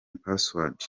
password